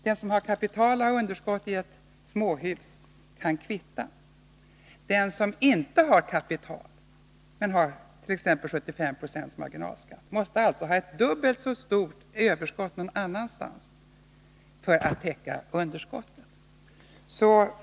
Den som har kapital och har underskott i ett småhus kan kvitta, medan den som inte har kapital och har en marginalskatt på t.ex. 75 9o måste ha ett dubbelt så stort överskott någon annanstans för att täcka underskottet.